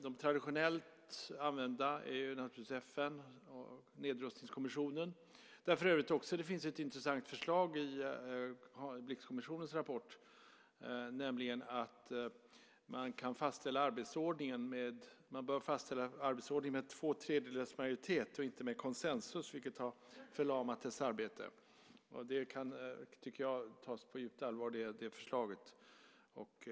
De traditionellt använda är naturligtvis FN och nedrustningskommissionen där det för övrigt finns ett intressant förslag i Blixkommissionens rapport, nämligen att man bör fastställa arbetsordningen med två tredjedels majoritet, inte med konsensus, vilket har förlamat dess arbete. Det förslaget, tycker jag, kan tas på djupt allvar.